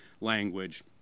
language